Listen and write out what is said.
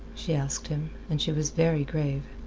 she asked him, and she was very grave.